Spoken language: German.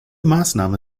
maßnahme